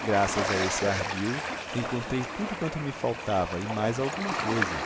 graças a esse ardil encontrei tudo quanto me faltava e mais alguma coisa